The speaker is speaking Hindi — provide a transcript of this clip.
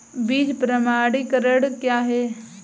बीज प्रमाणीकरण क्या है?